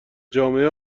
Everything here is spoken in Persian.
جامعه